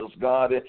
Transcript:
God